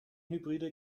hybride